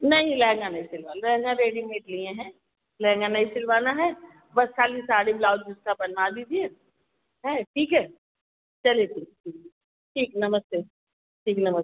नहीं लहँगा नहीं सिलवाना लहँगा रेडीमेड लिए हैं लहँगा नहीं सिलवाना है बस खाली साड़ी ब्लाउज उसका बनवा दीजिए हाँ ठीक है चलिए ठीक है ठीक नमस्ते ठीक नमस्ते